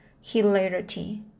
hilarity